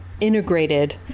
integrated